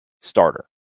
starter